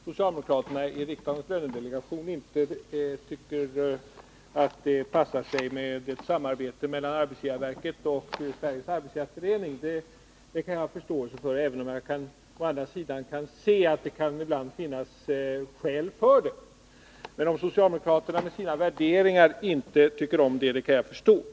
Fru talman! Jag kan förstå om socialdemokraterna i riksdagens lönedelegation inte tycker att det passar sig med ett samarbete mellan arbetsgivarverket och Sveriges arbetsgivareförening. Det kan jag ha förståelse för, även om jag å andra sidan kan se att det ibland kan finnas skäl för ett sådant samarbete. Men att socialdemokraterna med sina värderingar inte tycker om det kan jag förstå.